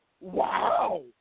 Wow